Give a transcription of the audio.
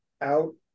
out